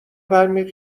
برمی